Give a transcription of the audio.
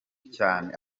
cyane